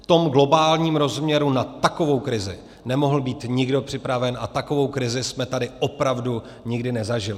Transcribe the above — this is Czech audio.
V tom globálním rozměru na takovou krizi nemohl být nikdo připraven a takovou krizi jsme tady opravdu nikdy nezažili.